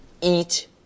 Eat